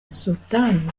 sultan